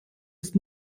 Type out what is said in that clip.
ist